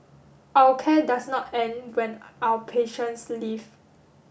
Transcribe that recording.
our care does not end when our patients leave